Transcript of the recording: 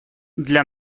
для